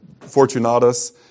Fortunatus